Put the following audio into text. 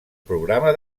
programa